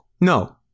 No